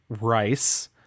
Rice